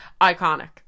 Iconic